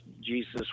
Jesus